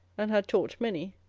and had taught many,